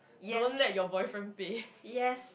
don't let your boyfriend pay